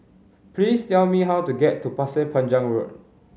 please tell me how to get to Pasir Panjang Road